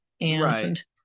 Right